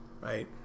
Right